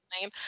name